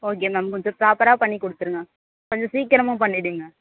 okay ma'am கொஞ்சம் ப்ராப்பராக பண்ணி கொடுத்துருங்க கொஞ்சம் சீக்கிரமும் பண்ணிடுங்க